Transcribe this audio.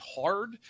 hard